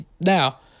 now